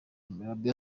arabia